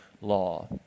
law